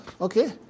okay